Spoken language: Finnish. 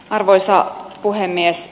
arvoisa puhemies